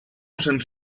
cents